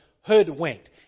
hoodwinked